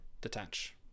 detach